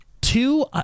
two